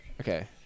Okay